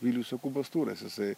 vilius jokūbas turas jisai